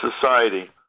society